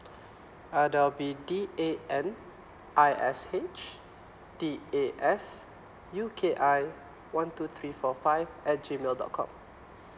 uh that'll be D A N I S H D A S U K I one two three four five at G mail dot com